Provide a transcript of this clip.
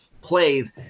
plays